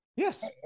Yes